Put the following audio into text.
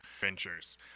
ventures